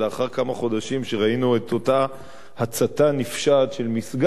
כמה חודשים שראינו את אותה הצתה נפשעת של מסגד,